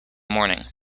morning